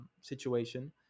situation